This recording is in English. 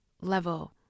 level